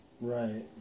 Right